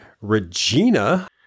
Regina